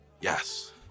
Yes